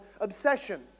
obsession